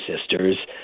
sisters